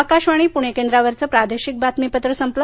आकाशवाणी पुणे केंद्रावरचं प्रादेशिक बातमीपत्र संपलं